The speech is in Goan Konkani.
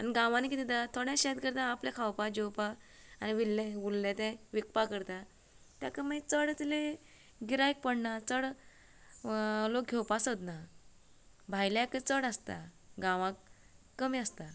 आनी गांवांनी कितें जाता थोडें शेत करता आपलें खावपा जेवपाक आनी उरलें उरलें ते विकपाक करता तेकां मागीर चड तितलें गिरायक पडना चड लोक घेवपाक सोदना भायल्याक चड आसता गांवांत कमी आसता